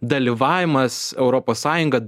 dalyvavimas europos sąjunga